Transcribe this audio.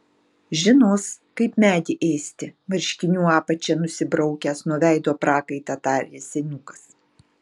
žinos kaip medį ėsti marškinių apačia nusibraukęs nuo veido prakaitą tarė seniukas